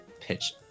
pitch